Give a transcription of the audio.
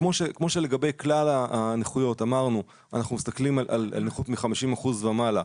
כמו שלגבי כלל הנכויות אמרנו שאנחנו מסתכלים על נכות מ-50% ומעלה,